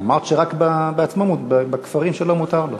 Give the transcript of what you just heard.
אמרת שרק בכפרים שלו מותר לו.